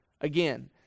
Again